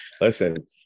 listen